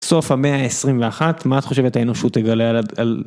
סוף המאה ה-21 מה את חושבת האנושות תגלה על..